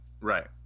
right